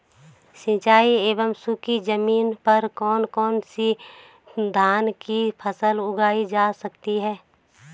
सिंचाई एवं सूखी जमीन पर कौन कौन से धान की फसल उगाई जा सकती है?